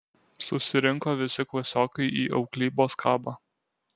susirinko visi klasiokai į auklybos kabą